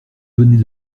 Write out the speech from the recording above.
venait